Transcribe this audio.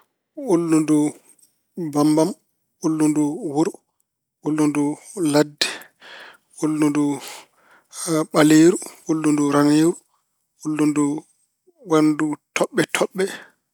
Ulludu bammbam, ulludu wuro, ulludu ladde, ulludu ɓaleeru, ulludu raneewu, ulludu waɗndu toɓɓe toɓɓe.